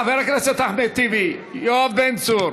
חבר הכנסת אחמד טיבי, יואב בן צור,